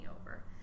over